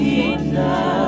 enough